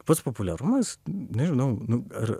pats populiarumas nežinau nu ar